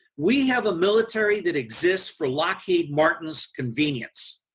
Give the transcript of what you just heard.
we have a military that exists for lockheed martin's convenience.